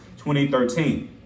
2013